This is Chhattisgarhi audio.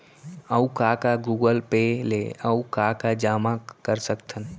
अऊ का का गूगल पे ले अऊ का का जामा कर सकथन?